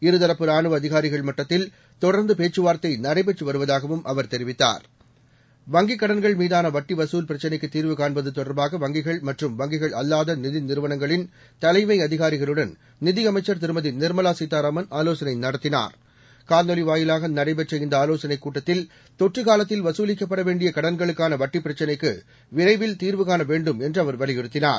இருதரப்புராணுவஅதிகாரிகள்மட்டத்தில்தொடர்ந்துபேச் சுவார்த்தைநடைபெற்றுவருவதாகவும்அவர்தெரிவித்தா ர் வங்கிக்கடன்கள்மீதானவட்டிவசூல்பிரச்னைக்குதீர்வுகா ண்பதுதொடர்பாகவங்கிகள்மற்றும்வங்கிகள்அல்லாதநி திநிறுவனங்களின்தலைமைஅதிகாரிகளுடன்நிதியமை ச்சர்திருமதிநிர்மலாசீதாராமன்ஆலோசனைநடத்தினார் காணொலிவாயிலாகநடைபெற்றஇந்தஆலோசனைகூட் டத்தில் தொற்றுகாலத்தில்வசூலிக்கப்படவேண்டியகடன்களுக் கானவட்டிப்பிரச்னைக்குவிரைவில்தீர்வுகாணவேண்டும் என்று அவர்வலியுறுத்தினார்